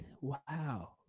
Wow